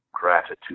gratitude